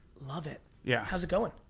love it. yeah. how's it going?